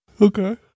Okay